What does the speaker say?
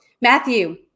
Matthew